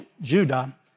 Judah